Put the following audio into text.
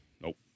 Nope